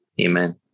Amen